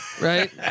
right